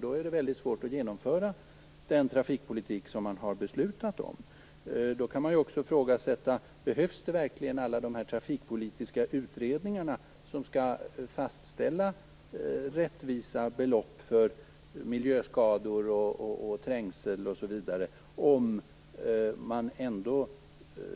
Då är det väldigt svårt att genomföra den trafikpolitik som man har beslutat om. Behövs verkligen alla de trafikpolitiska utredningar som skall fastställa rättvisa belopp för miljöskador, trängsel osv. om man